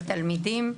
לתלמידים.